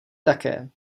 také